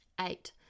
Eight